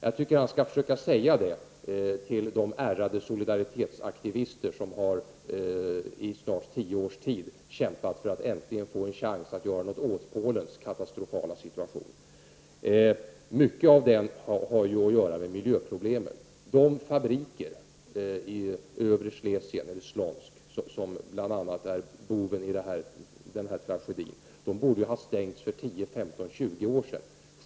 Jag tycker att han skall försöka säga det till de ärade solidaritetsaktivister som under snart tio års tid har kämpat för att äntligen få en chans att göra något åt Polens katastrofala situation. Mycket av den har ju att göra med miljöproblemen. De fabriker i övre Schlesien som bl.a. är boven i denna tragedi borde ha stängts för tio, femton, tjugo år sedan.